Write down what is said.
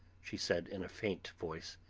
she said, in a faint voice,